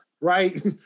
right